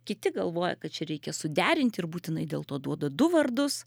kiti galvoja kad čia reikia suderinti ir būtinai dėl to duoda du vardus